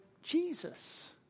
Jesus